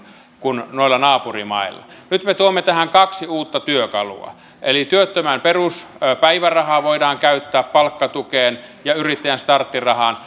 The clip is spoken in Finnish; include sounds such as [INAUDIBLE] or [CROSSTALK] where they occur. noilla naapurimailla nyt me tuomme tähän kaksi uutta työkalua eli työttömän peruspäivärahaa voidaan käyttää palkkatukeen ja yrittäjän starttirahaan [UNINTELLIGIBLE]